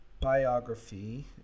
biography